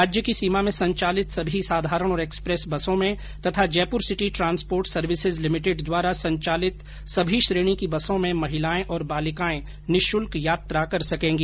राज्य की सीमा में संचालित सभी साधारण और एक्सप्रेस बसों में तथा Jaipur city transport services limited द्वारा संचालित सभी श्रेणी की बसों में महिलाएं और बालिकाएं निःशुल्क यात्रा कर सकेंगी